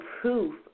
proof